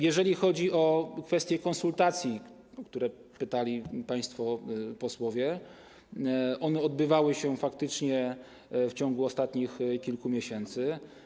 Jeżeli chodzi o kwestie konsultacji, o które pytali państwo posłowie, one odbywały się faktycznie w ciągu ostatnich kilku miesięcy.